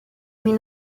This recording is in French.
mais